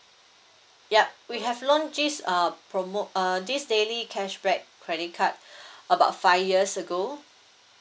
yup we have launched this uh promo~ uh this daily cashback credit card about five years ago